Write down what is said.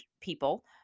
people